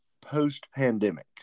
post-pandemic